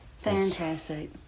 Fantastic